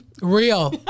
Real